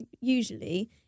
usually